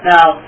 Now